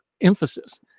emphasis